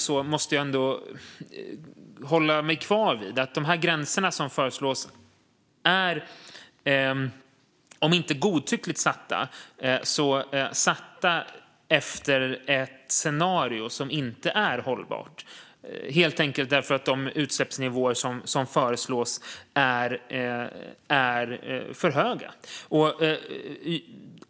Jag måste ändå hålla mig kvar vid att de gränser som föreslås är om inte godtyckligt satta så satta utifrån ett scenario som inte är hållbart. De är helt enkelt för höga.